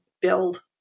build